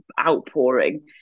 outpouring